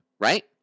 right